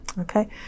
Okay